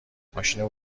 ماشینو